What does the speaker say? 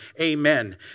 Amen